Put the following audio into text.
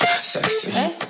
sexy